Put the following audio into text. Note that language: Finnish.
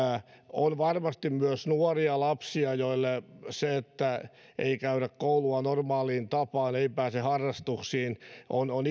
on varmasti myös nuoria ja lapsia joille se että ei käydä koulua normaaliin tapaan ja ei pääse harrastuksiin on on